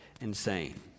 insane